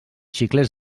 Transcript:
xiclets